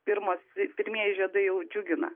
pirmos pirmieji žiedai jau džiugina